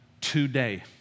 today